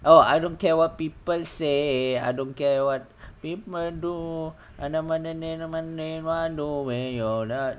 oh I don't care what people say I don't care what people do